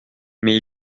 mais